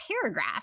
paragraph